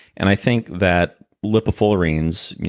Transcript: and i think that lipofullerenes,